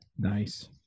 Nice